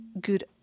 good